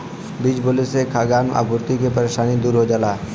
बीज बोले से खाद्यान आपूर्ति के परेशानी दूर हो जाला